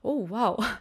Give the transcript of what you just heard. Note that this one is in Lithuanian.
o vau